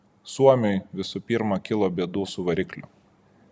suomiui visų pirma kilo bėdų su varikliu